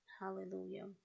Hallelujah